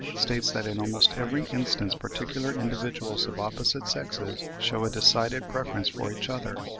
states that in almost every instance particular individuals of opposite sexes shew a decided preference for each other.